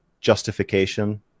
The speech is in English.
justification